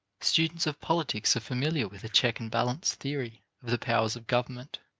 students of politics are familiar with check and balance theory of the powers of government.